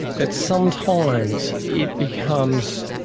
that sometimes it becomes,